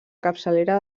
capçalera